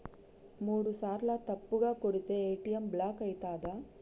మూడుసార్ల తప్పుగా కొడితే ఏ.టి.ఎమ్ బ్లాక్ ఐతదా?